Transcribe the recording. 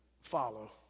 follow